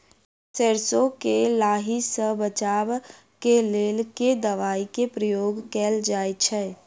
सैरसो केँ लाही सऽ बचाब केँ लेल केँ दवाई केँ प्रयोग कैल जाएँ छैय?